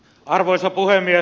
arvoisa puhemies